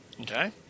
Okay